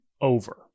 over